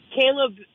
Caleb